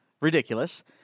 Ridiculous